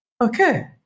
okay